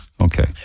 Okay